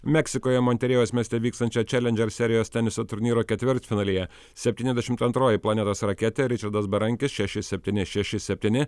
meksikojemonterėjos mieste vykstančio čelendžer serijos teniso turnyro ketvirtfinalyje septyniasdešimt antroji planetos raketė ričardas berankis šeši septyni šeši septyni